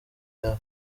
yawe